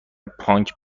پانگ